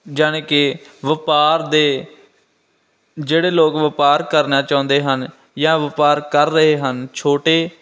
ਜਾਨੀ ਕਿ ਵਪਾਰ ਦੇ ਜਿਹੜੇ ਲੋਕ ਵਪਾਰ ਕਰਨਾ ਚਾਹੁੰਦੇ ਹਨ ਜਾਂ ਵਪਾਰ ਕਰ ਰਹੇ ਹਨ ਛੋਟੇ